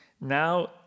Now